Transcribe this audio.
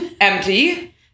empty